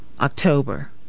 October